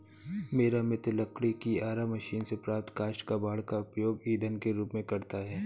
मेरा मित्र लकड़ी की आरा मशीन से प्राप्त काष्ठ कबाड़ का उपयोग ईंधन के रूप में करता है